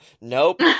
Nope